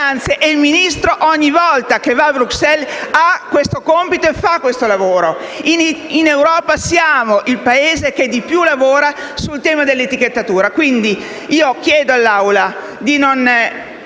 e il Ministro, ogni volta che va a Bruxelles, ha questo compito e fa questo lavoro. In Europa siamo il Paese che lavora di più sul tema dell'etichettatura. Chiedo pertanto all'Assemblea di non